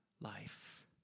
life